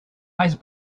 ice